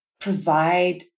provide